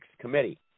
committee